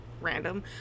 random